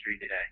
today